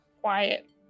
quiet